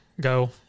go